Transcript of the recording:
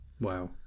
Wow